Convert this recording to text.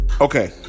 Okay